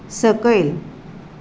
सकयल